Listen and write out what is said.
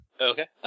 Okay